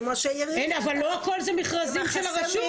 אבל כמו שמירב בן ארי אמרה --- אבל לא הכל זה מכרזים של הרשות,